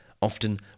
often